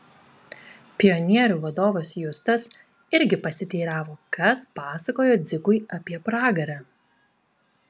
pionierių vadovas justas irgi pasiteiravo kas pasakojo dzikui apie pragarą